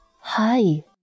Hi